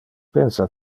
pensa